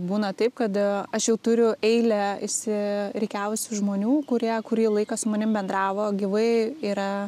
būna taip kad aš jau turiu eilę išsirikiavusių žmonių kurie kurį laiką su manim bendravo gyvai yra